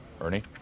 ernie